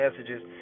messages